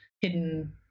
hidden